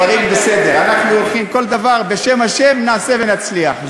בסדר, אנחנו הולכים, כל דבר, בשם השם נעשה ונצליח.